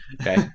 Okay